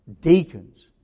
deacons